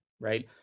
right